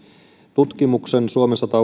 tutkimuksen suomen sata